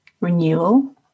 renewal